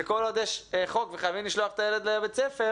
שכל יש חוק שחייבים לשלוח את הילד לבית ספר